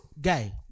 Guy